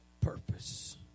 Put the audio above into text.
purpose